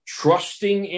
trusting